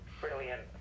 brilliant